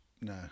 No